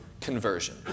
conversion